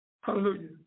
Hallelujah